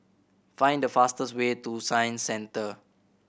find the fastest way to Science Centre